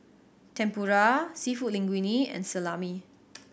Tempura Seafood Linguine and Salami